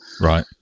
right